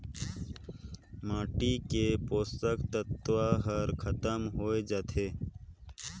माटी के पोसक तत्व हर खतम होए जाथे